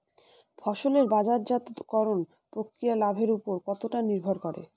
ফসলের বাজারজাত করণ প্রক্রিয়া লাভের উপর কতটা নির্ভর করে?